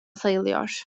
sayılıyor